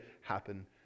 happen